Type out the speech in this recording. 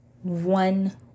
one